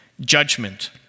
judgment